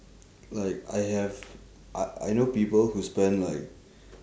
like I have I I know people who spend like